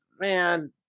man